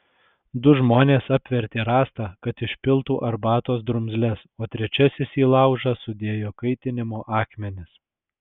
du žmonės apvertė rąstą kad išpiltų arbatos drumzles o trečiasis į laužą sudėjo kaitinimo akmenis